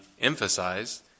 emphasized